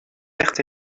vertes